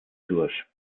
durch